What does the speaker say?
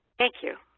thank you.